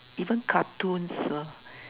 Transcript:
even cartoons